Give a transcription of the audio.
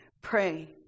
pray